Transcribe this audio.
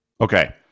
Okay